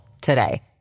today